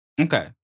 Okay